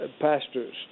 pastors